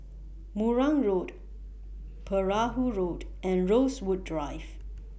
Marang Road Perahu Road and Rosewood Drive